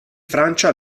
francia